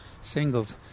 singles